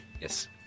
Yes